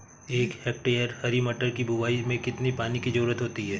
एक हेक्टेयर हरी मटर की बुवाई में कितनी पानी की ज़रुरत होती है?